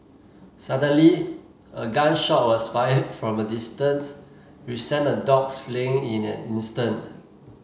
suddenly a gun shot was fired from a distance which sent the dogs fleeing in an instant